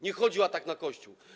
Nie chodzi o atak na Kościół.